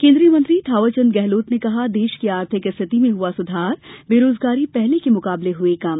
केन्द्रीय मंत्री थावर चंद गहलोत ने कहा देश की आर्थिक स्थिति में हुआ सुधार बेरोजगारी पहले के मुकाबले हुई कम